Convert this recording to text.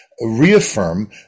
reaffirm